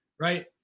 Right